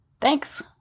thanks